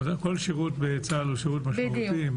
כל שירות בצה"ל הוא שירות משמעותי.